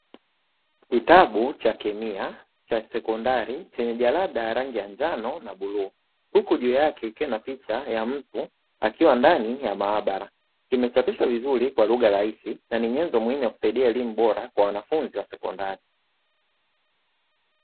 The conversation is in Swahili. Kitabu cha kemia cha sekondari chenye jalada la rangi ya njano na bluu, huku juu yake kukiwa na picha ya mtu akiwa ndani ya maabara. Kimechapishwa vizuri kwa lugha rahisi, na ni nyenzo muhimu ya kusaidia elimu bora kwa wanafunzi wa sekondari.